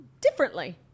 differently